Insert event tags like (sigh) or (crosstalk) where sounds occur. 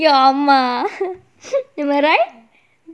(laughs) your மா:maa am I right